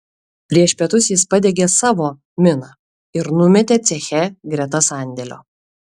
prieš pietus jis padegė savo miną ir numetė ceche greta sandėlio